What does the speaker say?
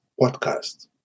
podcast